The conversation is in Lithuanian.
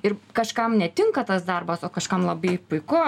ir kažkam netinka tas darbas o kažkam labai puiku